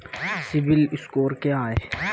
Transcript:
CIBIL score क्या है?